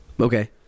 Okay